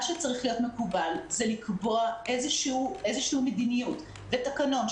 מה שצריך להיות מקובל זה לקבוע איזו מדיניות ותקנון,